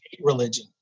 religion